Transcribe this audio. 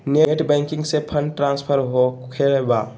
Net banking से fund transfer होखें बा?